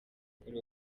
kuri